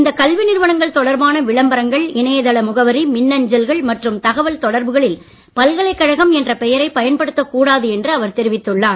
இந்த கல்வி நிறுவனங்கள் தொடர்பான விளம்பரங்கள் இணையதள முகவரி மின்னஞ்சல்கள் மற்றும் தகவல் தொடர்புகளில் பல்கலைக்கழகம் என்ற பெயரை பயன்படுத்தக் கூடாது என்று அவர் தெரிவித்துள்ளார்